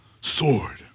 sword